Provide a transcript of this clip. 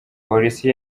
polisi